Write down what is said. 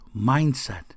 mindset